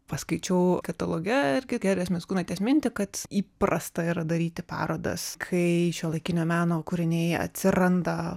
paskaičiau kataloge irgi giedrės mickūnaitės mintį kad įprasta yra daryti parodas kai šiuolaikinio meno kūriniai atsiranda